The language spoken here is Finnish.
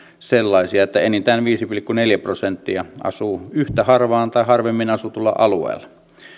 sellaisia että enintään viisi pilkku neljä prosenttia asuu yhtä harvaan tai harvemmin asutulla alueella